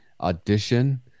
audition